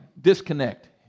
disconnect